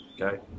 okay